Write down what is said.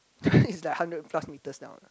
it's like hundred plus meter down